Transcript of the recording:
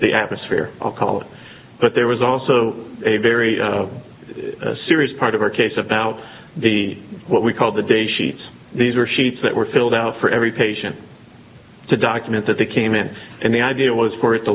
the atmosphere of color but there was also a very serious part of our case about the what we called the de sheets these were sheets that were filled out for every patient to document that they came in and the idea was for it to